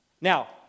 Now